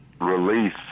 release